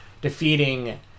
defeating